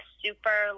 super